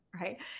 right